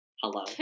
Hello